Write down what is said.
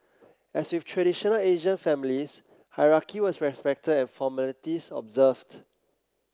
as with traditional Asian families hierarchy was respected and formalities observed